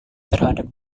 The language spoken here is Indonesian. terhadap